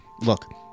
Look